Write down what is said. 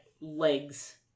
legs